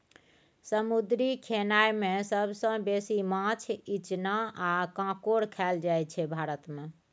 समुद्री खेनाए मे सबसँ बेसी माछ, इचना आ काँकोर खाएल जाइ छै भारत मे